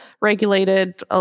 regulated